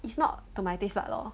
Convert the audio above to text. it's not to my taste bud loh